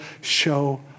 show